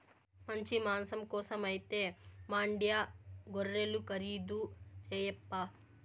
మంచి మాంసం కోసమైతే మాండ్యా గొర్రెలు ఖరీదు చేయప్పా